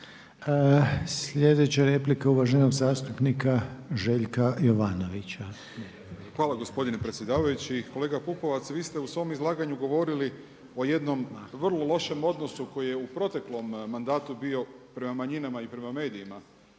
Sljedeća replika, uvaženog zastupnika Željka Jovanovića. **Jovanović, Željko (SDP)** Hvala gospodine predsjedavajući. Kolega Pupovac vi ste u svom izlaganju govorili o jednom vrlo lošem odnosu koji je u proteklom mandatu bio prema manjinama i prema medijima